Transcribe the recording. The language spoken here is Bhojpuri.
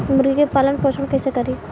मुर्गी के पालन पोषण कैसे करी?